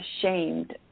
ashamed